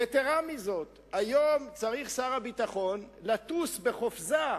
יתירה מזאת, היום צריך שר הביטחון לטוס בחופזה.